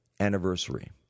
anniversary